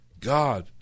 God